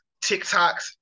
TikToks